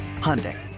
Hyundai